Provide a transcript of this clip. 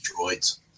droids